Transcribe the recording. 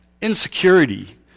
insecurity